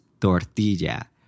tortilla